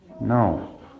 No